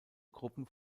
gruppen